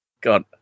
God